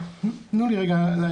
תנו לי רגע להגיד.